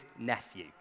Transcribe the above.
nephew